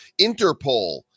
Interpol